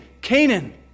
Canaan